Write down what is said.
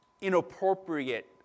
Inappropriate